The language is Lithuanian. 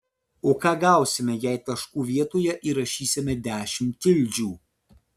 o ką gausime jei taškų vietoje įrašysime dešimt tildžių